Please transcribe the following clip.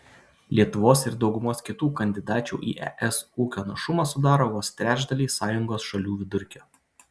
lietuvos ir daugumos kitų kandidačių į es ūkio našumas sudaro vos trečdalį sąjungos šalių vidurkio